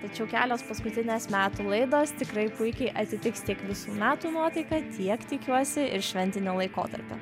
tačiau kelios paskutinės metų laidos tikrai puikiai atitiks tiek visų metų nuotaiką tiek tikiuosi ir šventinį laikotarpį